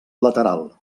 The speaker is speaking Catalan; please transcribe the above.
lateral